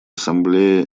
ассамблее